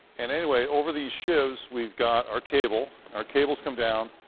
and anyway, over these shivs, we've got our cable. our cables come down,